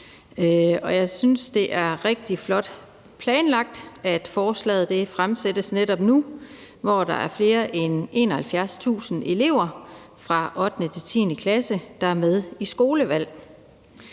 jeg synes, det er rigtig flot planlagt, at forslaget fremsættes netop nu, hvor der er flere end 71.000 elever fra 8. til 10. klasse, der er med i skolevalget.